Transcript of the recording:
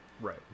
Right